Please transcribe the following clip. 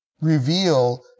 reveal